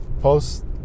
post